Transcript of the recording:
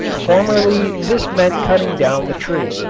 formerly this meant cutting down the tree,